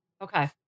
Okay